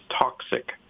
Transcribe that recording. toxic